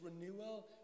renewal